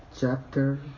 Chapter